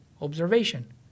observation